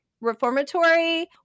Reformatory